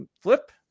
Flip